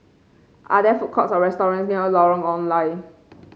are there food courts or near Lorong Ong Lye